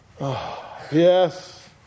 Yes